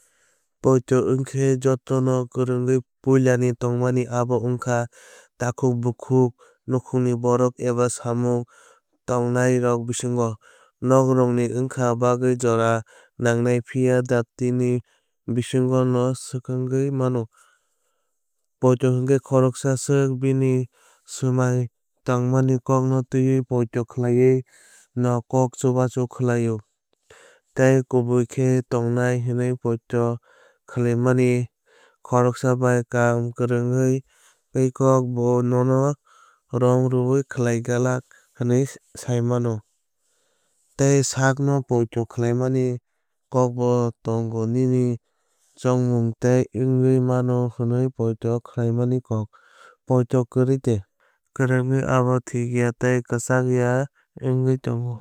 Poito wngkhe jotono kwrwngwi puilani tongmani abo wngkha takhuk bukhuk nukhungni borok eba samung tangnairokni bisingo. Nokrokni wngkha bagwi jora nangnai phiya dati ni bisingo no swkangwui mano. Poito hwngkhe khoroksa swk bini swmai tangmani kokno twiwi poito khlaiwi no chubachu khlaiwi tei kubui khe tongnai hwnwi poito khlaimani. Khoroksa bai kaam kwrwngwui tei kok bo nono rom rwnai khlai glak hwnwi saimanwi. Tei sakno poito khlaimani kokbo tongo nini chongmung tei wngwi mano hwnwi poito khlaimani kok. Poito kwrwi de kwrwngwi tongmani abo thikya tei kwchak ya wngwui thango.